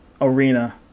arena